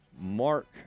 Mark